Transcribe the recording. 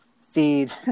feed